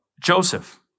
Joseph